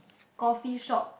coffee shop